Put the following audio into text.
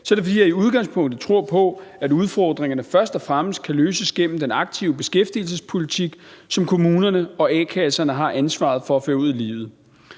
er det, fordi jeg i udgangspunktet tror på, at udfordringerne først og fremmest kan løses gennem den aktive beskæftigelsespolitik, som kommunerne og a-kasserne har ansvaret for at føre ud i livet.